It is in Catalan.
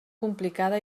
complicada